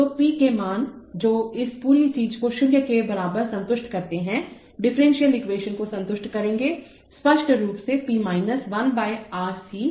तोp के मान जो इस पूरी चीज को 0 के बराबर संतुष्ट करते हैंडिफरेंशियल एक्वेशन को संतुष्ट करेंगे स्पष्ट रूप से p माइनस 1 बटा R C है